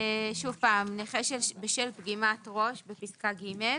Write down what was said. שוב פעם, נכה שבשל פגימת ראש בפסקה (ג).